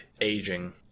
aging